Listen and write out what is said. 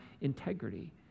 integrity